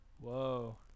Whoa